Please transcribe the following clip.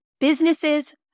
Businesses